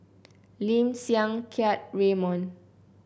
Lim Siang Keat Raymond